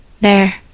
There